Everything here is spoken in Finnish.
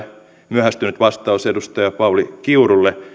myöhästynyt vastaus edustaja pauli kiurulle